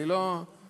אני לא חושב,